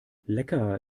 lecker